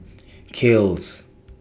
Kiehl's